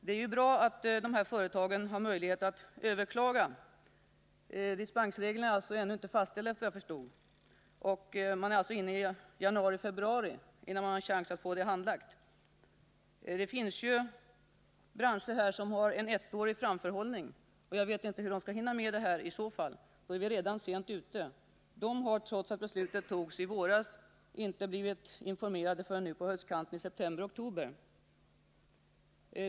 Det är bra att företagen har möjlighet att överklaga beslutet om förbud. Dispensreglerna är ännu inte fastställda, om jag förstod jordbruksministern rätt. Vi kommer alltså att vara inne i januari-februari innan det finns någon chans att få ärendet handlagt. Men det finns ju bland de branscher som berörs sådana som har en ettårig framförhållning, och jag vet inte hur de skall hinna med det här i så fall — då är vi redan sent ute. De har, trots att beslutet fattades i våras, inte blivit informerade om det förrän nu på höstkanten, i september-oktober.